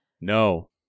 no